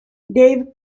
dave